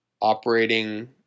operating